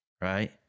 right